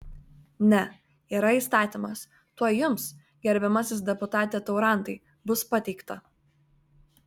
ne yra įstatymas tuoj jums gerbiamasis deputate taurantai bus pateikta